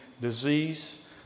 disease